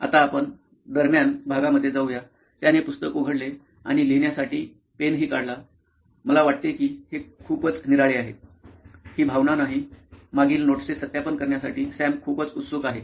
आता आपण 'दरम्यान' भागामध्ये जाऊया त्याने पुस्तक उघडले आणि लिहिण्यासाठी पेन हि काढला मला वाटते की हे खूपच निराळे आहे हि भावना नाही मागील नोट्सचे सत्यापन करण्यासाठी सॅम खूपच उत्सुक आहे